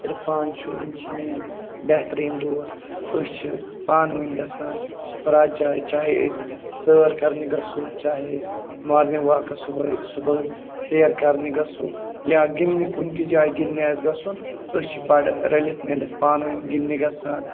عرفان چھُ یِم چھِ میٛٲنۍ بہتریٖن دوس أسۍ چھِ پانہٕ ؤنۍ گژھان پرٛٮ۪تھ جایہِ چاہے أسۍ سٲر کَرنہِ گژھو چاہے مارنِنٛگ واکَس صُبحٲے صُبحٲے سیر کَرنہِ گژھو یا گِنٛدنہِ کُنہِ تہِ جایہِ گِنٛدنہِ آسہِ گژھُن أسۍ چھِ بَڑٕ رٔلِتھ مِلِتھ پانہٕ ؤنۍ گِنٛدنہِ گژھان